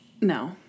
No